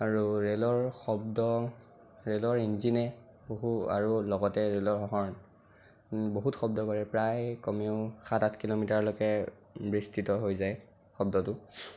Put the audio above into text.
আৰু ৰেলৰ শব্দ ৰেলৰ ইঞ্জিনে বহু আৰু লগতে ৰেলৰ হৰ্ণ বহুত শব্দ কৰে প্ৰায় ক'মেও সাত আঠ কিলোমিটাৰলৈকে বিস্তৃতহৈ যায় শব্দটো